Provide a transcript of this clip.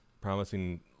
promising